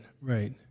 right